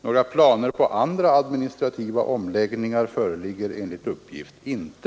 Några planer på andra administrativa omläggningar föreligger enligt uppgift inte.